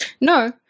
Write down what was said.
No